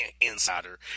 insider